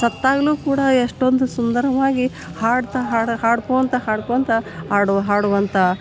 ಸತ್ತಾಗ್ಲು ಕೂಡ ಎಷ್ಟೊಂದು ಸುಂದರವಾಗಿ ಹಾಡ್ತಾ ಹಾಡು ಹಾಡ್ಕೊತಾ ಹಾಡ್ಕೊತಾ ಹಾಡು ಹಾಡುವಂಥ